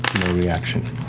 reaction.